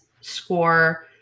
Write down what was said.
score